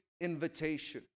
invitation